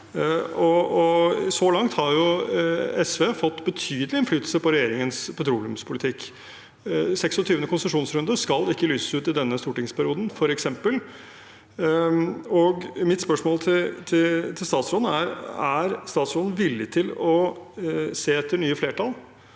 Så langt har SV fått betydelig innflytelse på regjeringens petroleumspolitikk. 26. konsesjonsrunde skal f.eks. ikke lyses ut i denne stortingsperioden. Mitt spørsmål til statsråden er: Er statsråden villig til å se etter nye flertall